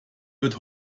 wird